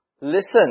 listen